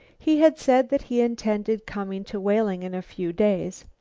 he had said that he intended coming to whaling in a few days.